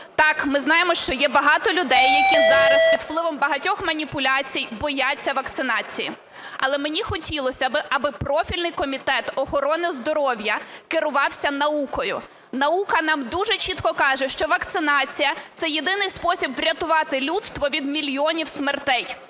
Так, ми знаємо, що є багато людей, які зараз під впливом багатьох маніпуляцій бояться вакцинації. Але мені хотілося би, аби профільний Комітет охорони здоров'я керувався наукою. Наука нам дуже чітко каже, що вакцинація – це єдиний спосіб врятувати людство від мільйонів смертей.